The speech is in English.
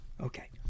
Okay